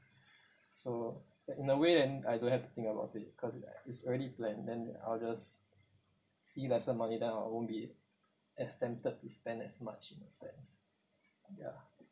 so uh in a way then I don't have to think about it cause it's already plan then I'll just see lesser money then I I won't be as tempted to spend as much in that sense ya